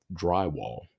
drywall